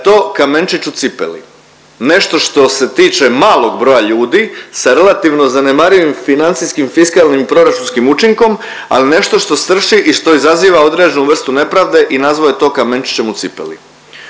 je to kamenčić u cipeli, nešto što se tiče malog broja ljudi sa relativno zanemarivim financijskim fiskalnim proračunskim učinkom ali nešto što strši i što izaziva određenu vrstu nepravde i nazvao je to kamenčićem u cipeli.